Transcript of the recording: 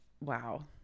wow